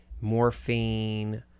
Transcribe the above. Morphine